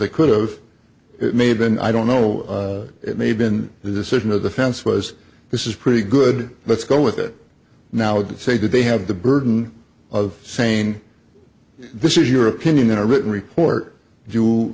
they could have it may have been i don't know it may have been the decision of the fence was this is pretty good let's go with it now that say that they have the burden of saying this is your opinion in a written report